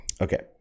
Okay